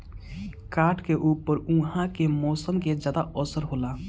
काठ के ऊपर उहाँ के मौसम के ज्यादा असर होला